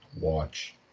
watch